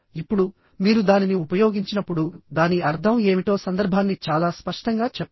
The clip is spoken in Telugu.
ఇప్పుడు మీరు దానిని ఉపయోగించినప్పుడు దాని అర్థం ఏమిటో సందర్భాన్ని చాలా స్పష్టంగా చెప్పండి